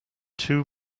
two